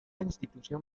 institución